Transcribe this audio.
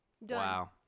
Wow